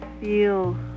feel